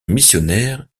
missionnaire